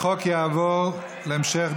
(פטור ממס לתשלומים ושירותים הניתנים לראש הממשלה),